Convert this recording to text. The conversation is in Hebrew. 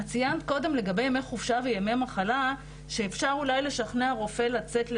את ציינת קודם לגבי ימי חופשה וימי מחלה שאפשר אולי לשכנע רופא לצאת,